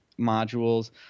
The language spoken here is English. modules